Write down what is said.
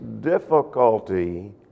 difficulty